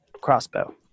Crossbow